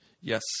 yes